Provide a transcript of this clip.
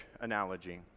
analogy